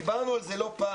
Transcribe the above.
ודיברנו על זה לא פעם,